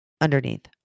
underneath